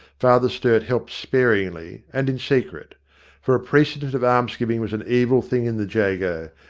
father sturt helped sparingly and in secret for a precedent of almsgiving was an evil thing in the jago,